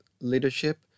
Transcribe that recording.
leadership